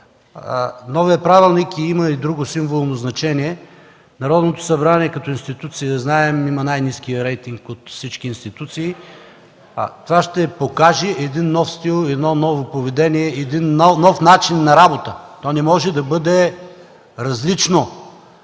Новият правилник има и друго символно значение – Народното събрание като институция, знаем, има най-ниския рейтинг от всички институции, а това ще покаже нов стил, ново поведение и нов начин на работа. То не може да бъде различно.